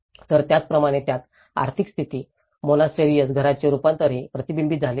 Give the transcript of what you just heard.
तर त्याप्रमाणेच यात आर्थिक स्थिती मोनास्टरीएस घरांचे स्वरूपही प्रतिबिंबित झाले आहे